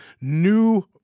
new